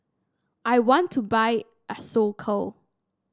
I want to buy Isocal